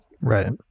right